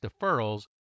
deferrals